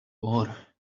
war